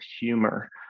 humor